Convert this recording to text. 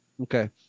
Okay